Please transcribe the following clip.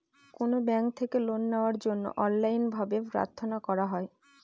কোনো ব্যাঙ্ক থেকে লোন নেওয়ার জন্য অনলাইনে ভাবে প্রার্থনা করা হয়